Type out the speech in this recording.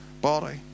body